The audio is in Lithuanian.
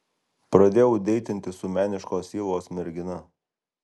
pradėjau deitinti su meniškos sielos mergina